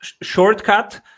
shortcut